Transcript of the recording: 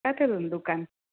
किथे अथनि दुकान